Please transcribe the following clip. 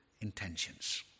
intentions